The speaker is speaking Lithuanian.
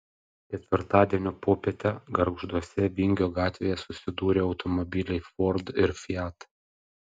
ketvirtadienio popietę gargžduose vingio gatvėje susidūrė automobiliai ford ir fiat